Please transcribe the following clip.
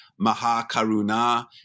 Mahakaruna